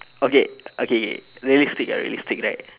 okay okay realistic ah realistic right